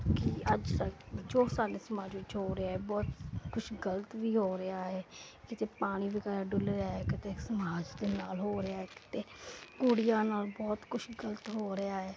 ਕੀ ਅੱਜ ਤੱਕ ਜੋ ਸਾਡੇ ਸਮਾਜ ਵਿੱਚ ਹੋ ਰਿਹਾ ਬਹੁਤ ਕੁਝ ਗਲਤ ਵੀ ਹੋ ਰਿਹਾ ਹੈ ਕਿਤੇ ਪਾਣੀ ਵਗੈਰਾ ਡੁਲਿਆ ਕਿਤੇ ਸਮਾਜ ਦੇ ਨਾਲ ਹੋ ਰਿਹਾ ਤੇ ਕਿਤੇ ਕੁੜੀਆਂ ਨਾਲ ਬਹੁਤ ਕੁਝ ਗਲਤ ਹੋ ਰਿਹਾ ਹੈ